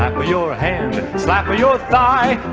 ah your hand slapped your thigh.